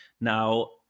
Now